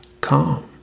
calm